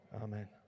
Amen